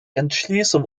entschließung